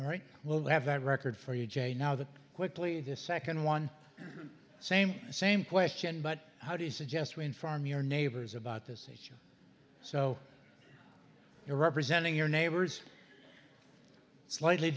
right we'll have that record for you jay now that quickly the second one same same question but how do you suggest when farm your neighbors about this issue so you're representing your neighbors slightly